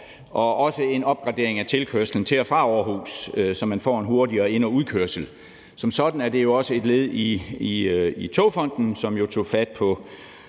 og også en opgradering af tilkørslen til og fra Aarhus, så man får en hurtigere ind- og udkørsel. Som sådan er det jo også et led i Togfonden DK, som jo tog fat på